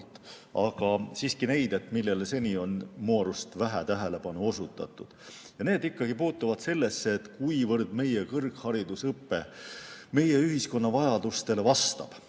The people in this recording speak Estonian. aga siiski neid, millele seni on minu arust vähe tähelepanu osutatud. Need puutuvad ikkagi sellesse, kuivõrd meie kõrgharidusõpe meie ühiskonna vajadustele vastab.